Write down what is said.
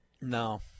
No